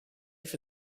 for